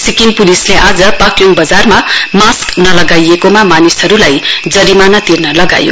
सिक्किम पुलिसले आज पाक्योङ बजारमा मास्क नलगाइएकोमा मानिसहरुलाई जरिमाना तिन लगायो